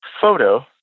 photo